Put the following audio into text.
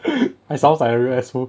I sound like real asshole